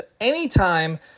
anytime